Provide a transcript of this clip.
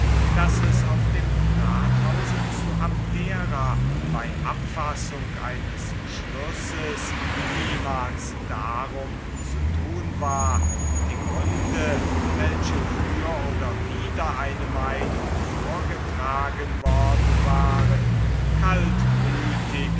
daß es auf dem rathause zu abdera bei abfassung eines schlusses niemals darum zu tun war die gründe welche für oder wider eine meinung vorgetragen worden waren